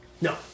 No